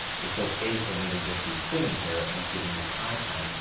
it's okay for me to just be sitting here and giving you content,